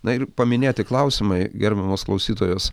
na ir paminėti klausimai gerbiamas klausytojas